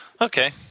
Okay